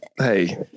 Hey